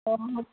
অঁ হ'ব